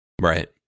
Right